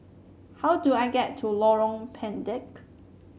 how do I get to Lorong Pendek